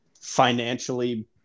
financially